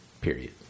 period